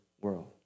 world